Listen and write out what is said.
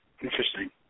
Interesting